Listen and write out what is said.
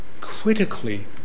critically